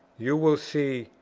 you will see,